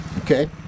Okay